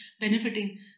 benefiting